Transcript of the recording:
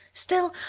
still,